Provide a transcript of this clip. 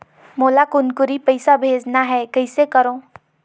मोला कुनकुरी पइसा भेजना हैं, कइसे करो?